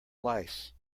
lice